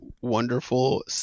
wonderful